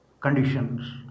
conditions